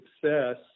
success